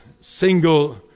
single